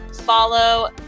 follow